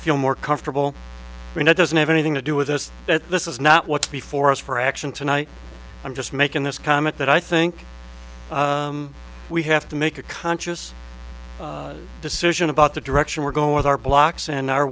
feel more comfortable when it doesn't have anything to do with this that this is not what's before us for action tonight i'm just making this comment that i think we have to make a conscious decision about the direction we're going with our blocks and are